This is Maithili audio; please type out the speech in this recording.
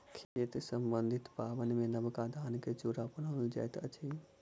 खेती सम्बन्धी पाबनिमे नबका धान सॅ चूड़ा बनाओल जाइत अछि